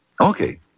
Okay